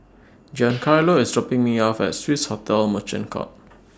Giancarlo IS dropping Me off At Swiss Hotel Merchant Court